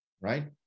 Right